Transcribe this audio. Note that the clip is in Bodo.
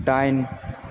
दाइन